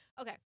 Okay